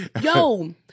Yo